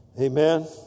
Amen